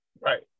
Right